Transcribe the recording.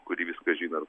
kuri viską žino ir